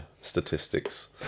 statistics